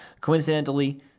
Coincidentally